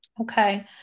Okay